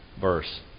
verse